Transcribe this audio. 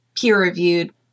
peer-reviewed